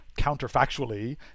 counterfactually